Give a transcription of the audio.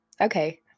okay